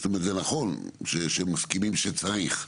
זאת אומרת זה נכון שמסכימים שצריך,